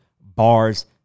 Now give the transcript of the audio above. bars